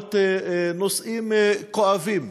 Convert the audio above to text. להעלות נושאים כואבים